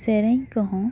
ᱥᱮᱨᱮᱧ ᱠᱚᱦᱚᱸ